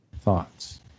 thoughts